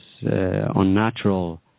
unnatural